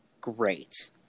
great